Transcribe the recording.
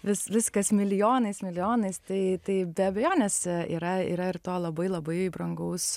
vis viskas milijonais milijonais tai tai be abejonės yra yra ir to labai labai brangaus